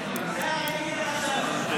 אני אגיד לך שלוש.